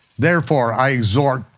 therefore i exhort,